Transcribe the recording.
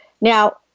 Now